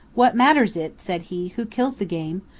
what matters it, said he, who kills the game,